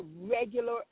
regular